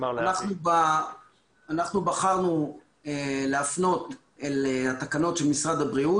אנחנו בחרנו להפנות אל התקנות של משרד הבריאות.